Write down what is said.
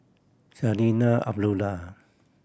Zarinah Abdullah